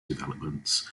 developments